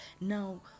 now